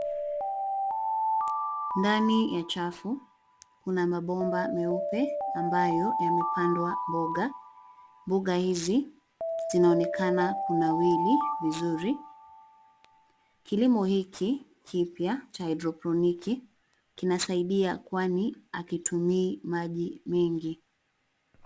Ndani ya chafu, kuna mabomba meupe ambayo yamepandwa mboga. Mboga hizi zinaonekana kunawiri vizuri. Kilimo hiki kipya cha hydroponiki kinasaidia kwani hakitumii maji mengi.